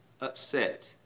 Upset